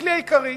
הכלי העיקרי.